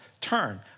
Turn